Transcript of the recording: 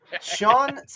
Sean